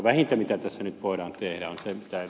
vähintä mitä tässä nyt voidaan tehdä on se mitä ed